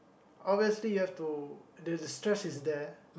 obviously you have to there's a stress is there